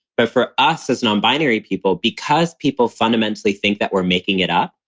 but for us as nonbinary people, because people fundamentally think that we're making it up.